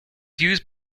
used